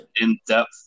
in-depth